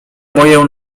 boję